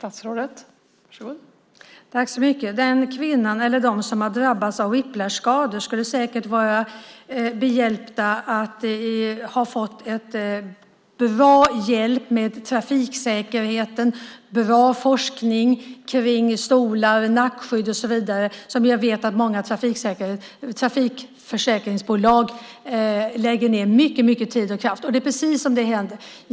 Fru talman! Den kvinnan eller de som har drabbats av whiplashskador skulle säkert ha varit behjälpta av att ha fått bra hjälp med trafiksäkerheten, bra forskning kring stolar, nackskydd och så vidare, som jag vet att många trafikförsäkringsbolag lägger ned mycket tid och kraft på. Det är precis det som händer.